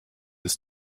ist